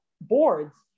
boards